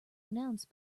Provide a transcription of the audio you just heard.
announced